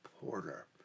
Porter